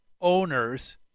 owners